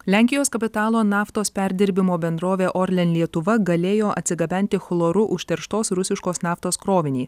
lenkijos kapitalo naftos perdirbimo bendrovė orlen lietuva galėjo atsigabenti chloru užterštos rusiškos naftos krovinį